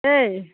দেই